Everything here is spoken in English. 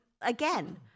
again